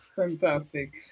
Fantastic